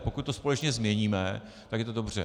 Pokud to společně změníme, tak je to dobře.